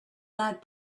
not